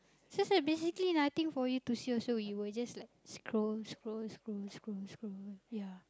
so so basically nothing for you to see also you will just like scroll scroll scroll scroll scroll ya